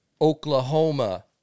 Oklahoma